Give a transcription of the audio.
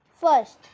First